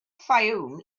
fayoum